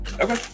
Okay